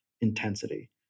intensity